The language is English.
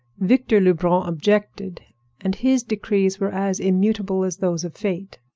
victor lebrun objected and his decrees were as immutable as those of fate.